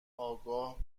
آگاه